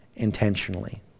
Intentionally